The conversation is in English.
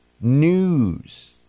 news